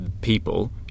people